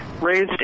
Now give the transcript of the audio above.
raised